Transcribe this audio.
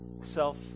self